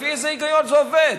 לפי איזה היגיון זה עובד?